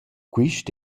quist